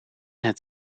het